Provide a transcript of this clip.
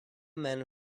men